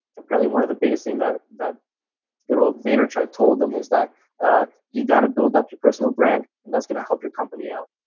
apparently one of the biggest thing that the good old vaynerchuk told them was that you got to build up your personal brand, and that's gonna help your company out.